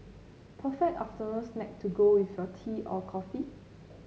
perfect afternoon snack to go with your tea or coffee